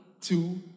two